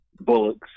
Bullock's